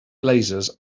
blazers